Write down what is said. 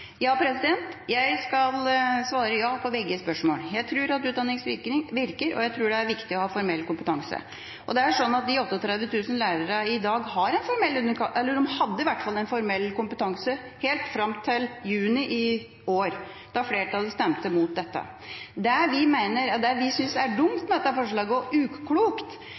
Jeg svarer ja på begge spørsmålene. Jeg tror at utdanning virker, og jeg tror det er viktig å ha formell kompetanse. Det er sånn at de 38 000 lærerne i dag hadde en formell kompetanse helt fram til juni i år, da flertallet stemte imot dette. Det vi synes er dumt og uklokt med dette forslaget, er at en trolig kunne oppnådd akkurat det samme dersom en ikke hadde gitt dette tilbakevirkende kraft, fordi ordninga med etter- og